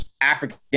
African